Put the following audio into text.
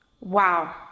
Wow